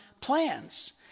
plans